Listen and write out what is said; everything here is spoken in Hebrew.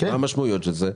מה המשמעויות של זה,